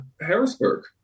Harrisburg